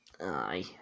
Aye